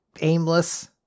aimless